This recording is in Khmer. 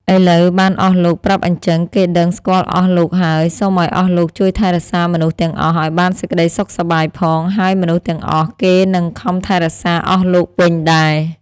ឥឡូវបានអស់លោកប្រាប់អីចឹង គេដឹង-ស្គាល់អស់លោកហើយ សុំឲ្យអស់លោកជួយថែរក្សាមនុស្សទាំងអស់ ឲ្យបានសេចក្ដីសុខសប្បាយផង ហើយមនុស្សទាំងអស់ គេនឹងខំថែរក្សាអស់លោកវិញដែរ ។